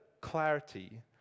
clarity